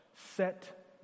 set